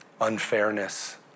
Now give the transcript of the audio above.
Unfairness